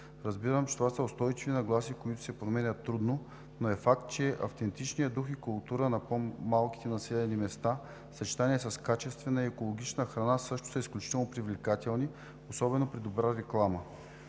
Разбирам, че това са устойчиви нагласи, които се променят трудно, но е факт, че автентичният дух и култура на по-малките населени места, в съчетание с качествена екологична храна, също са изключително привлекателни особено при добра реклама.